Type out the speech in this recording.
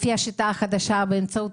לפי השיטה החדשה זה נעשה באמצעות